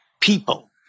people